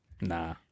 Nah